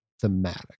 thematic